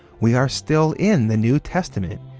we are still in the new testament,